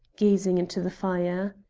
gazing into the fire.